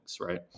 Right